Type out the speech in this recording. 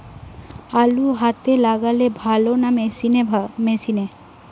আলু হাতে লাগালে ভালো না মেশিনে?